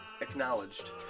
acknowledged